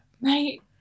Right